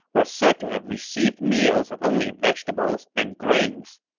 were said to have received meals of only vegetables and grains.